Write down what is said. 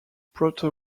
proto